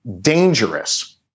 dangerous